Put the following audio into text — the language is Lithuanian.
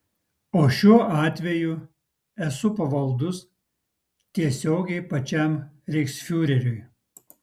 o šiuo atveju esu pavaldus tiesiogiai pačiam reichsfiureriui